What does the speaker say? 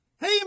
hey